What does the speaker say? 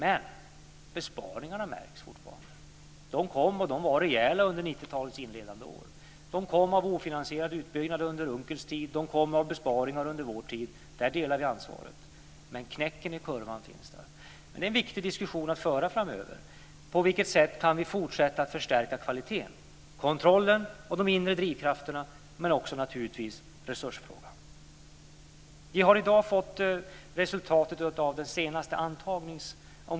Men besparingarna märks fortfarande. Där delar vi ansvaret. Men knäcken i kurvan finns där. Detta är en viktig diskussion att föra framöver.